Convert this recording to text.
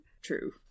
true